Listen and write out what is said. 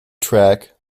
track